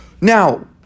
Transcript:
Now